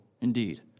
indeed